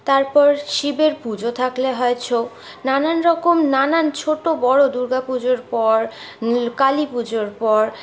তারপর শিবের পূজো থাকলে হয় ছৌ নানানরকম নানান ছোটো বড়ো দুর্গাপূজোর পর কালীপূজোর পর